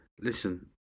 listen